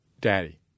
daddy